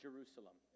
Jerusalem